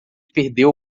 perdeu